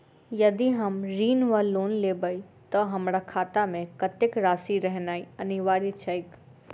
यदि हम ऋण वा लोन लेबै तऽ हमरा खाता मे कत्तेक राशि रहनैय अनिवार्य छैक?